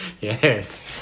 Yes